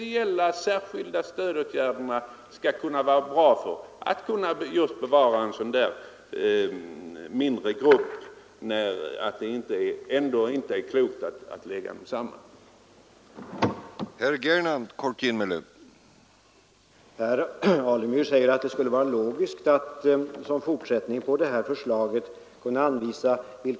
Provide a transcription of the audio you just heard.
I fall där det exempelvis är fråga om sådana undervisningsgrupper kan det vara mycket värdefullt att ha just de små grupperna kvar. Det vore inte klokt att slå samman dem.